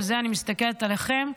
ואני מסתכלת עליכם,